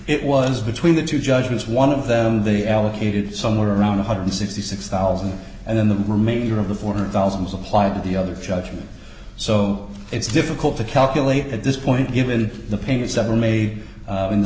it was between the two judges one of them they allocated somewhere around one hundred and sixty six thousand then the remainder of the four hundred thousand supply and the other judgment so it's difficult to calculate at this point given the payments that were made in the